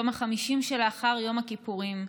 היום ה-50 שלאחר יום הכיפורים,